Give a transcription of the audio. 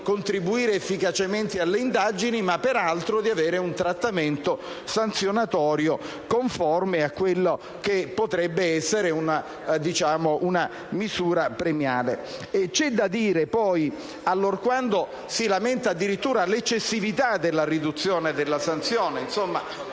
contribuire efficacemente alle indagini, ma tra l'altro di avere un trattamento sanzionatorio conforme a quella che potrebbe essere una misura premiale. C'è da dire poi che si lamenta addirittura l'eccessività della riduzione della sanzione, quindi la